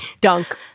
dunk